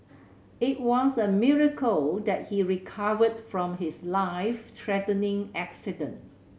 it was a miracle that he recovered from his life threatening accident